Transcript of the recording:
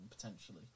potentially